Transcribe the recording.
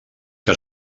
que